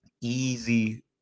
easy